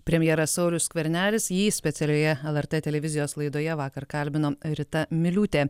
premjeras saulius skvernelis jį specialioje lrt televizijos laidoje vakar kalbino rita miliūtė